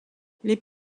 les